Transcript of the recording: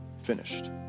finished